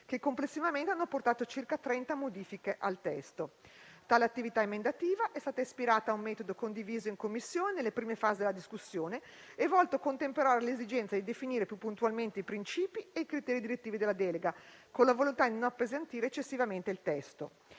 che complessivamente hanno apportato circa trenta modifiche al testo. Tale attività emendativa è stata ispirata a un metodo condiviso in Commissione nelle prime fasi della discussione, volto a contemperare le esigenze di definire più puntualmente i principi e i criteri direttivi della delega, con la volontà di non appesantire eccessivamente il testo.